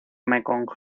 mekong